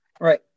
Right